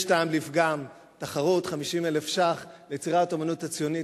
יש טעם לפגם בתחרות 50,000 ש"ח ליצירת האמנות הציונית.